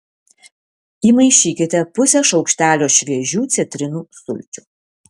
įmaišykite pusę šaukštelio šviežių citrinų sulčių